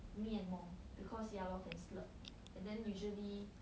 面 more because yeah lor can slurp and then usually